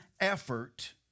effort